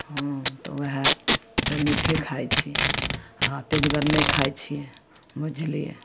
हँ तऽ वएहसब मीठे खाइ छिए आओर तेजगर नहि खाइ छिए बुझलिए